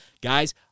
guys